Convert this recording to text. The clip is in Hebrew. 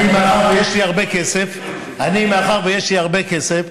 מאחר שיש לי הרבה כסף.